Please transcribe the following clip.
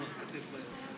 תקנון.